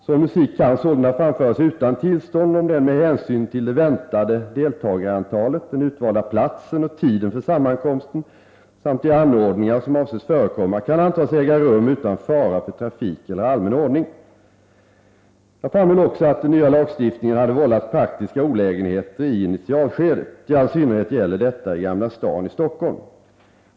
Sådan musik kan sålunda framföras utan tillstånd om den med hänsyn till det väntade deltagarantalet, den utvalda platsen och tiden för sammankomsten samt de anordningar som avses förekomma kan antas äga rum utan fara för trafikeller allmän ordning. Jag framhöll också att den nya lagstiftningen hade vållat praktiska olägenheter i initialskedet. I all synnerhet gäller detta i Gamla stan i Stockholm.